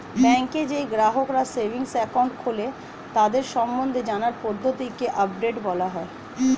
ব্যাংকে যেই গ্রাহকরা সেভিংস একাউন্ট খোলে তাদের সম্বন্ধে জানার পদ্ধতিকে আপডেট বলা হয়